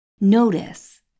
notice